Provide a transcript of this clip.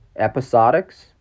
episodics